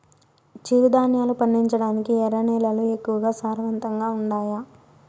చిరుధాన్యాలు పండించటానికి ఎర్ర నేలలు ఎక్కువగా సారవంతంగా ఉండాయా